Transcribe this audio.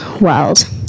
world